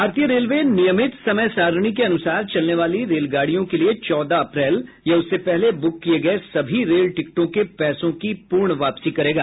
भारतीय रेलवे नियमित समय सारिणी के अनुसार चलने वाली रेलगाड़ियों के लिए चौदह अप्रैल या उससे पहले ब्रुक किए गए सभी रेल टिकटों के पैसों की पूर्ण वापसी करेगा